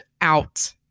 out